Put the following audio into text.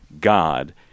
God